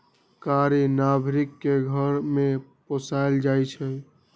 कारी नार्भिक के घर में पोशाल जाइ छइ